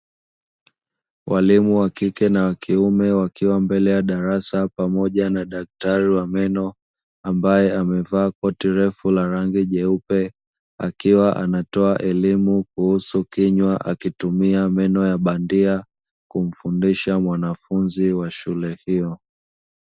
Walimu wa kike na wa kiume wakiwa mbele ya darasa pamoja na daktari wa meno ambaye amevaa koti la rangi jeupe, akiwa anatoa elimu kuhusu kinywa akitumia meno ya bandia; kumfundisha mwanafunzi wa shule huyo.